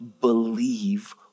believe